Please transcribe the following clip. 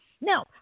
Now